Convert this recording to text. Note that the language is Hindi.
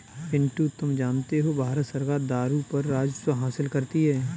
पिंटू तुम जानते हो भारत सरकार दारू पर राजस्व हासिल करती है